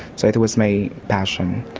so it was my passion.